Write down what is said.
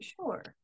sure